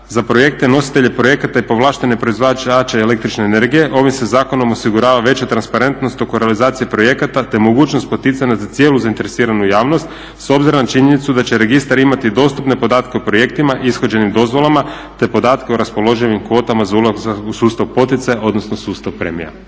za projekte, nositelje projekata i povlaštene proizvođače el.energije ovim se zakonom osigurava veća transparentnost oko realizacije projekata, te mogućnost poticanja za cijelu zainteresiranu javnost s obzirom na činjenicu da će registar imati dostupne podatke o projektima ishođenim dozvolama, te podatke o raspoloživim kvotama za ulazak u sustav poticanja odnosno sustav premije.